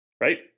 Right